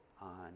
on